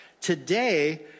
Today